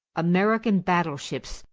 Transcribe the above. american battleships,